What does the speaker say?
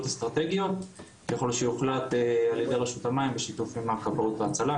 אסטרטגיות ככול שיוחלט על ידי רשות המים בשיתוף הכבאות וההצלה.